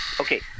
okay